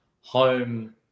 home